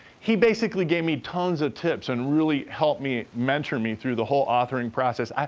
he basically gave me tons of tips and really helped me, mentor me through the whole authoring process.